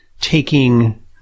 taking